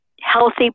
healthy